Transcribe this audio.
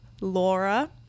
Laura